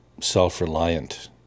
self-reliant